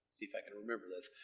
see if i can remember this.